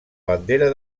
bandera